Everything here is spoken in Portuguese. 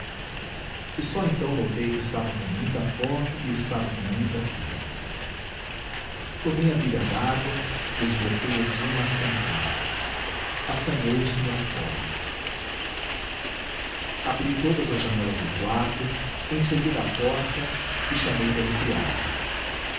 e só então notei que estava com muita fome e estava com muita sede tomei a bilha d'água e esgotei a de uma assentada assanhou se me a fome abri todas as janelas do quarto em seguida a porta e chamei pelo criado